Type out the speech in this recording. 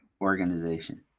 organization